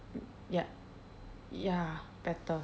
yup ya better